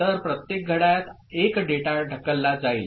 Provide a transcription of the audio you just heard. तर प्रत्येक घड्याळात 1 डेटा ढकलला जाईल